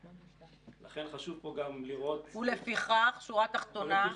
לכן חשוב פה גם לראות --- ולפיכך, שורה תחתונה.